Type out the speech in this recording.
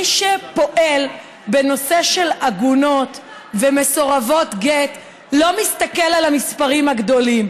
מי שפועל בנושא של עגונות ומסורבות גט לא מסתכל על המספרים הגדולים,